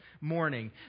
morning